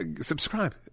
Subscribe